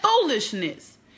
foolishness